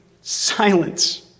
silence